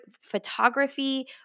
Photography